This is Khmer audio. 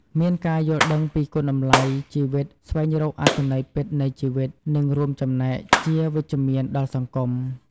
មានការយល់ដឹងពីគុណតម្លៃជីវិត ស្វែងរកអត្ថន័យពិតនៃជីវិត និងរួមចំណែកជាវិជ្ជមានដល់សង្គម។